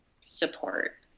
support